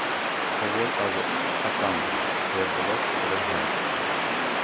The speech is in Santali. ᱠᱷᱚᱵᱚᱨ ᱠᱟᱜᱚᱡᱽ ᱥᱟᱠᱟᱢ ᱥᱮ ᱵᱞᱚᱜᱽ ᱠᱚᱨᱮ ᱦᱚᱸ